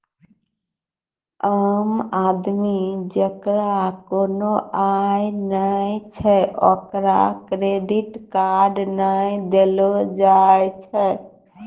आम आदमी जेकरा कोनो आय नै छै ओकरा क्रेडिट कार्ड नै देलो जाय छै